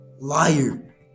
Liar